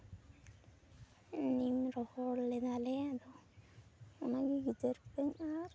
ᱱᱤᱢ ᱨᱚᱦᱚᱲ ᱞᱮᱫᱟ ᱞᱮ ᱟᱫᱚ ᱚᱱᱟ ᱜᱮ ᱜᱮᱡᱮᱨ ᱠᱤᱫᱟᱹᱧ ᱟᱨ